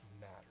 matter